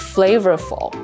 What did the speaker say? Flavorful